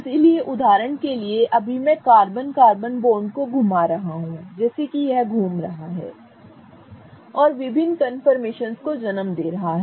इसलिए उदाहरण के लिए अभी मैं कार्बन कार्बन बॉन्ड को घुमा रहा हूं जैसे कि यह घूम रहा है और विभिन्न कन्फर्मेशनस को जन्म दे रहा है